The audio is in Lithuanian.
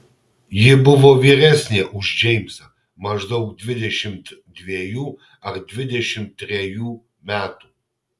ji buvo vyresnė už džeimsą maždaug dvidešimt dvejų ar dvidešimt trejų metų